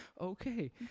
Okay